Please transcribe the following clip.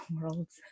worlds